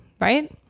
right